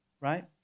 Right